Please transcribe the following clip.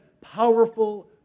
powerful